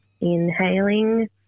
inhaling